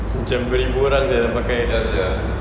macam beribu orang sia dah pakai